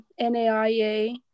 NAIA